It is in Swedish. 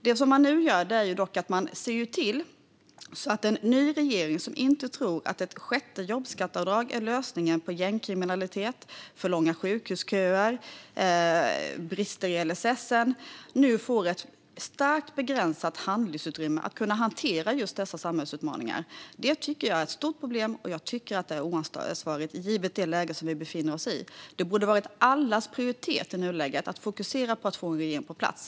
Det som man nu gör är att se till att en ny regering, som inte tror att ett sjätte jobbskatteavdrag är lösningen på gängkriminalitet, för långa sjukhusköer eller brister i LSS, nu får ett starkt begränsat handlingsutrymme för att kunna hantera dessa samhällsutmaningar. Det tycker jag är ett stort problem, och jag tycker att det är oansvarigt givet det läge som vi befinner oss i. Det borde ha varit allas prioritering i nuläget att fokusera på att få en regering på plats.